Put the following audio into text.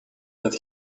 that